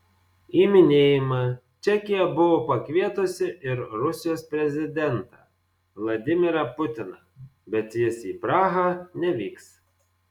į minėjimą čekija buvo pakvietusi ir rusijos prezidentą vladimirą putiną bet jis į prahą nevyks